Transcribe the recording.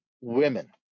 women